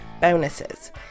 bonuses